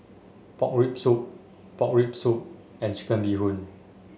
Pork Rib Soup Pork Rib Soup and Chicken Bee Hoon